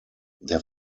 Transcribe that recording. der